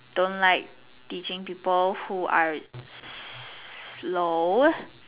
don't like teaching people who are slow